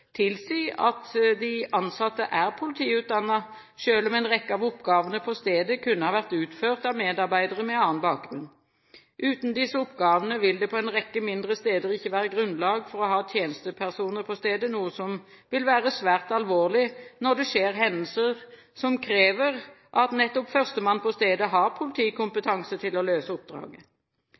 at de ansatte er politiutdannet, selv om en rekke av oppgavene på stedet kunne ha vært utført av medarbeidere med annen bakgrunn. Uten disse oppgavene vil det på en rekke mindre steder ikke være grunnlag for å ha tjenestepersoner på stedet, noe som vil være svært alvorlig når det skjer hendelser som krever at nettopp førstemann på stedet har politikompetanse til å løse oppdraget.